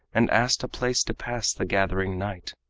and asked a place to pass the gathering night.